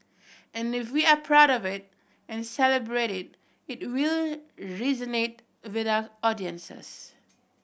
and if we are proud of it and celebrate it it will resonate with our audiences